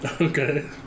Okay